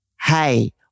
hey